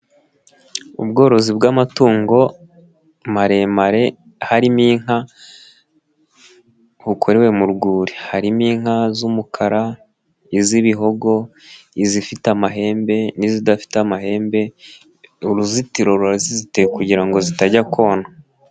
Ubworozi bw'amatungo maremare harimo inka bukorewe mu rwuri, harimo inka z'umukara, iz'ibihogo, izifite amahembe n'izidafite amahembe, uruzitiro rurazizitiye kugira ngo zitajya kona.